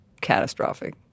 catastrophic